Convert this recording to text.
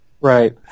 Right